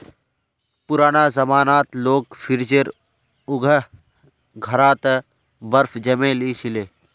पुराना जमानात लोग फ्रिजेर जगह घड़ा त बर्फ जमइ ली छि ले